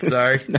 Sorry